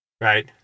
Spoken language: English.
Right